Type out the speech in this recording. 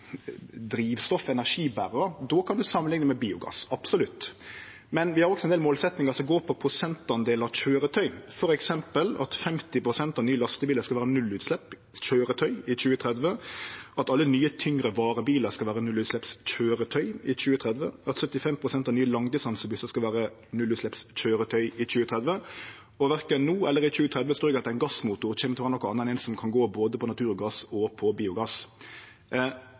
energiberarar, og då kan ein samanlikne med biogass – absolutt. Men vi har også ein del målsetjingar som gjeld prosentandel av køyretøy, f.eks. at 50 pst. av nye lastebilar skal vere nullutsleppskøyretøy i 2030, at alle nye tyngre varebilar skal vere nullutsleppskøyretøy i 2030, og at 75 pst. av nye langdistansebussar skal vere nullutsleppskøyretøy i 2030. Og verken no eller i 2030 ser vi at ein gassmotor kjem til å vere noko anna enn ein som kan gå både på naturgass og på biogass.